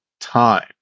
time